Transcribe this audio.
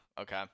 Okay